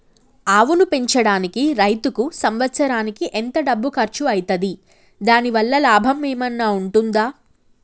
ఆవును పెంచడానికి రైతుకు సంవత్సరానికి ఎంత డబ్బు ఖర్చు అయితది? దాని వల్ల లాభం ఏమన్నా ఉంటుందా?